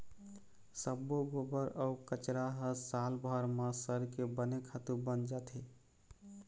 सब्बो गोबर अउ कचरा ह सालभर म सरके बने खातू बन जाथे